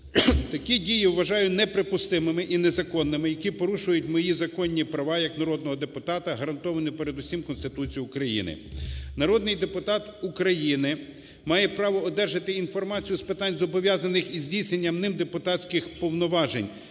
Такі дії вважаю неприпустимими і незаконними, які порушують мої законні права як народного депутата, гарантовані передусім Конституції України. Народний депутат України має право одержати інформацію з питань, зобов'язаних із здійсненням ним депутатських повноважень,